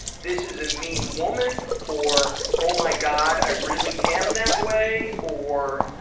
this is a mean woman or oh my god i really am that way? or